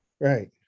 Right